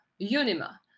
Unima